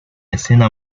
escena